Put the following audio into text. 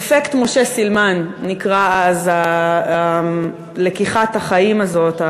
"אפקט משה סילמן" נקראה אז לקיחת החיים הזאת.